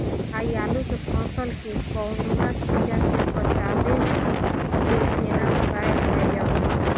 भाई आलू के फसल के कौनुआ कीरा से बचाबै के केना उपाय हैयत?